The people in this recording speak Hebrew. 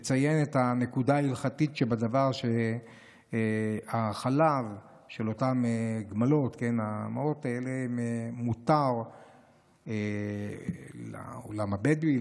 את הנקודה ההלכתית שבדבר: החלב של אותן נאקות מותר לעולם הבדואי,